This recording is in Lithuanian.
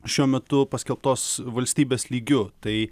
šiuo metu paskelbtos valstybės lygiu tai